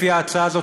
לפי ההצעה הזאת,